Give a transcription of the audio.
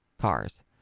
cars